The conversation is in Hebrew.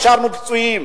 השארנו פצועים,